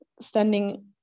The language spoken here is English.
standing